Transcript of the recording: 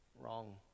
Wrong